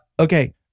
Okay